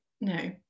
No